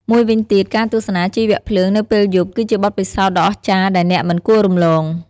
មួយវិញទៀត ការទស្សនាជីវភ្លើងនៅពេលយប់គឺជាបទពិសោធន៍ដ៏អស្ចារ្យដែលអ្នកមិនគួររំលង។